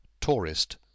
Tourist